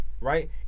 right